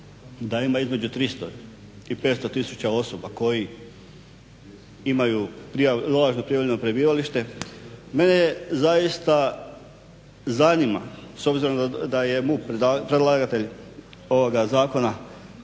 da ima između 300 i 500000 osoba koji imaju prijavljeno prebivalište, mene zaista zanima s obzirom da je MUP predlagatelj ovoga zakona